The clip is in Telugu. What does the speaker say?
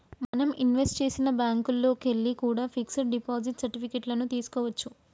మనం ఇన్వెస్ట్ చేసిన బ్యేంకుల్లోకెల్లి కూడా పిక్స్ డిపాజిట్ సర్టిఫికెట్ లను తీస్కోవచ్చు